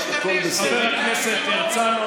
לפני שתדבר על הקהילה הגאה תן לה זכויות